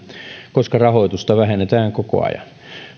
koska rahoitusta vähennetään koko ajan